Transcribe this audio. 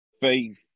faith